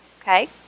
okay